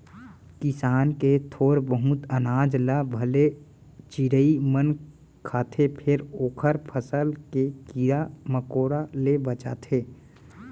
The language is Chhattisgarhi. किसान के थोर बहुत अनाज ल भले चिरई मन खाथे फेर ओखर फसल के कीरा मकोरा ले बचाथे